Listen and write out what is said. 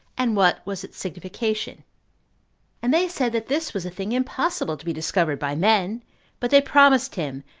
and what was its signification and they said that this was a thing impossible to be discovered by men but they promised him,